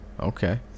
Okay